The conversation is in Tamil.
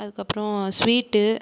அதுக்கப்புறம் ஸ்வீட்டு